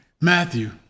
Matthew